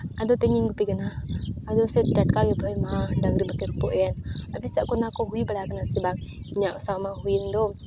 ᱟᱫᱚ ᱛᱮᱦᱮᱧᱤᱧ ᱜᱩᱯᱤ ᱠᱟᱱᱟ ᱟᱫᱚ ᱥᱮ ᱴᱟᱴᱠᱟ ᱜᱮ ᱵᱟᱹᱭ ᱢᱟ ᱰᱟᱹᱝᱨᱤ ᱢᱟᱠᱤᱱ ᱨᱚᱯᱚᱜᱼᱮᱱ ᱟᱯᱮ ᱥᱟᱶ ᱠᱚ ᱚᱱᱟ ᱠᱚ ᱦᱩᱭ ᱵᱟᱲᱟᱣᱠᱟᱱᱟ ᱥᱮ ᱵᱟᱝ ᱤᱧᱟᱹᱜ ᱥᱟᱶ ᱢᱟ ᱦᱩᱭᱮᱱ ᱫᱚ